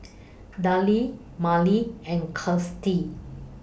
Darell Marlee and Gustie